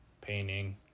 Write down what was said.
painting